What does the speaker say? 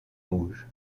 rouge